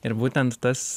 ir būtent tas